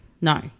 no